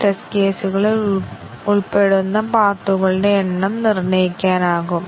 2 6 3 7 5 1 6 2 7 3 ഇത് A യുടെ സ്വതന്ത്രമായ വിലയിരുത്തൽ കൈവരിക്കുന്നു